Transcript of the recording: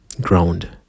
ground